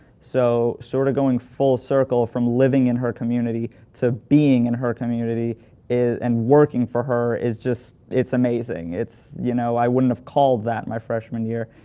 so sort of going full circle from living in her community to being in her community and working for her is just, it's amazing. it's, you know i wouldn't have called that my freshman year.